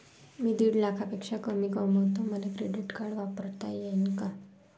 मी दीड लाखापेक्षा कमी कमवतो, मले क्रेडिट कार्ड वापरता येईन का?